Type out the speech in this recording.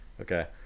Okay